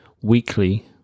weekly